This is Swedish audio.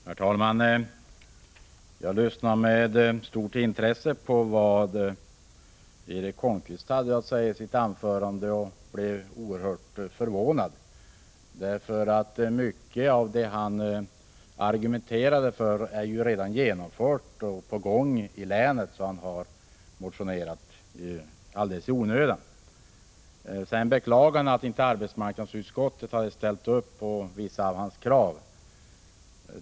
Herr talman! Jag lyssnade med stort intresse på vad Erik Holmkvist hade att säga i sitt anförande och blev oerhört förvånad. Mycket av det han argumenterade för är ju redan genomfört och på gång i länet, så han har motionerat helt i onödan. Han beklagade att arbetsmarknadsutskottet inte ställt upp på vissa av hans krav.